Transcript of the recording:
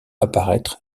apparaître